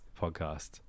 podcast